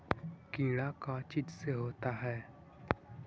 कीड़ा का चीज से होता है?